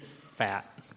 fat